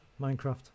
Minecraft